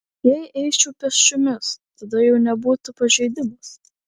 jei eičiau pėsčiomis tada jau nebūtų pažeidimas